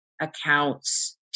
accounts